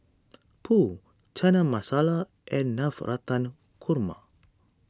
Pho Chana Masala and Navratan Korma